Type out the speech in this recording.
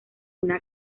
una